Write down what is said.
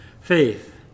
faith